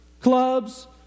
clubs